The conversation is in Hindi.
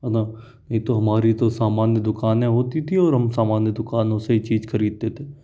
है ना ये तो हमारी तो सामान्य दुकानें होती थी और हम सामान्य दुकानों से ही चीज खरीदते थे